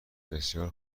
بسیار